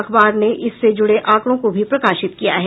अखबार ने इससे जुड़े आंकड़ों को भी प्रकाशित किया है